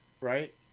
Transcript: right